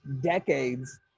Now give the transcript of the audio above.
decades